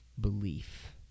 belief